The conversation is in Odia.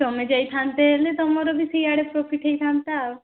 ତମେ ଯାଇଥାନ୍ତେ ହେଲେ ତୁମର ବି ସିଆଡ଼େ ପ୍ରଫିଟ୍ ହୋଇଥାନ୍ତା ଆଉ